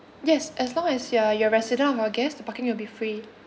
yes as long as you're you're resident or our guest the parking will be free